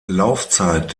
laufzeit